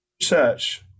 search